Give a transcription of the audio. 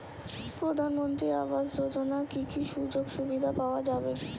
প্রধানমন্ত্রী আবাস যোজনা কি কি সুযোগ সুবিধা পাওয়া যাবে?